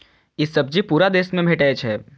ई सब्जी पूरा देश मे भेटै छै